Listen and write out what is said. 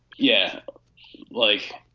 yeah like,